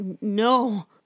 no